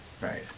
Right